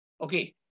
Okay